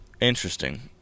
interesting